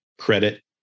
credit